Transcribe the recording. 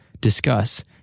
discuss